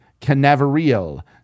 Canaveral